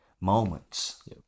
Moments